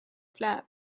flap